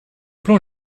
plan